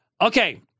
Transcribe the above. Okay